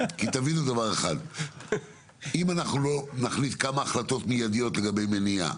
להחליט כמה החלטות מיידיות לגבי מניעה,